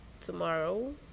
tomorrow